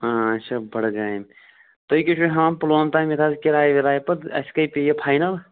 آ اچھا بڈٕگامہِ تُہۍ کیٛاہ چھُو ہٮ۪وان پُلووم تام یَتھ حظ کِراے وِراے پَتہٕ اَسہِ کیٛاہ پیٚیہِ یہِ فاینَل